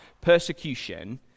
persecution